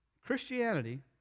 Christianity